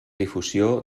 difusió